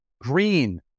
green